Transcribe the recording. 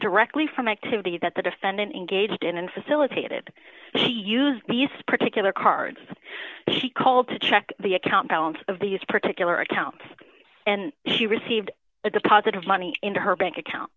directly from the activity that the defendant engaged in and facilitated she used these particular cards she called to check the account balance of these particular accounts and she received a deposit of money into her bank account